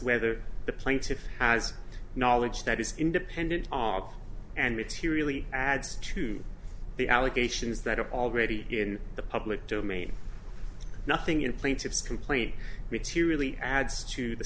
whether the plaintiff has knowledge that is independent and materially adds to the allegations that are already in the public domain nothing in plaintiff's complaint which here really adds to the